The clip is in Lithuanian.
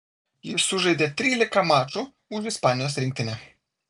jis sužaidė trylika mačų už ispanijos rinktinę